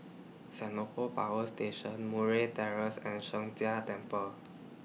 Senoko Power Station Murray Terrace and Sheng Jia Temple